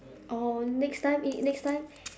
or next time if next time